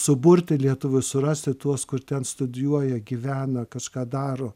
suburti lietuvius surasti tuos kur ten studijuoja gyvena kas ką daro